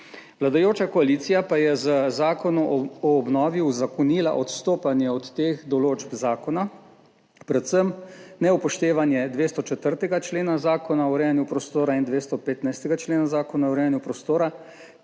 Vladajoča koalicija pa je z zakonom o obnovi uzakonila odstopanje od teh določb zakona predvsem neupoštevanje 204. člena zakona o urejanju prostora in 215. člena Zakona o urejanju prostora,